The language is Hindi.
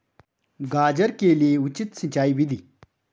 गाजर के लिए उचित सिंचाई विधि?